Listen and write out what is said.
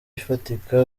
ifatika